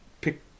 pick